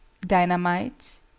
dynamite